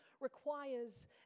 requires